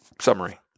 summary